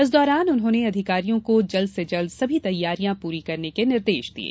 इस दौरान उन्होंने अधिकारियों को जल्द से जल्द सभी तैयारियां पूरी करने के निर्देश दिये